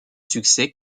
succès